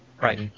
right